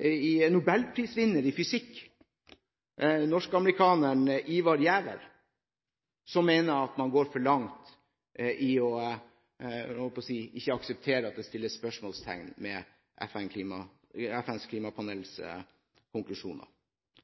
en nobelprisvinner i fysikk, norsk-amerikaneren Ivar Giæver, som mener at man går for langt i ikke å akseptere at det settes spørsmålstegn ved FNs klimapanels konklusjoner.